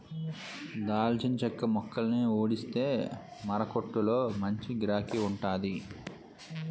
దాల్చిన చెక్క మొక్కలని ఊడిస్తే మారకొట్టులో మంచి గిరాకీ వుంటాది